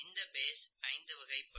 இந்த பேஸ் ஐந்து வகைப்படும்